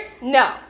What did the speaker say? No